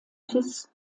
vitus